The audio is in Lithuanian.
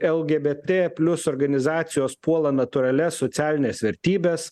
lgbt plius organizacijos puola natūralias socialines vertybes